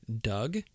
Doug